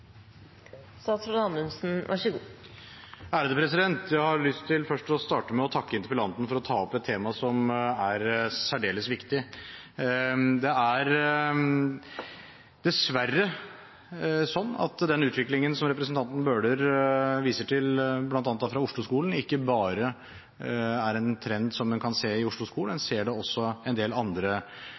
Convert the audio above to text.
Jeg har lyst til å starte med å takke interpellanten for å ta opp et tema som er særdeles viktig. Dessverre er det sånn at den utviklingen som representanten Bøhler viser til, bl.a. i Oslo-skolen, ikke bare er en trend som en kan se i Oslo-skolen, en ser det også på en del andre